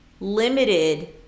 limited